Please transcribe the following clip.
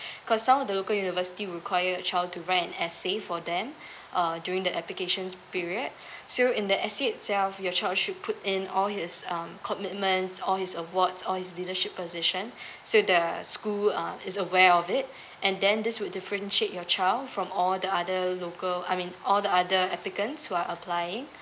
cause some of the local university require child to write an essay for them uh during the applications period so in that essay itself your child should put in all his um commitments all his awards all his leadership position so the school um is aware of it and then this will differentiate your child from all the other local I mean all the other applicant who are applying